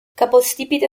capostipite